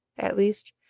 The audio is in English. at least,